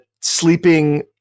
sleeping